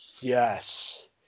Yes